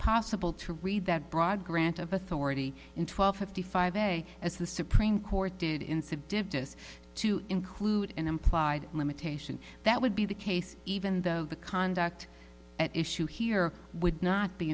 possible to read that broad grant of authority in twelve fifty five day as the supreme court did in said this to include an implied limitation that would be the case even though the conduct at issue here would not be